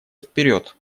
вперед